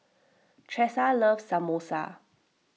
Tressa loves Samosa